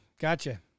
gotcha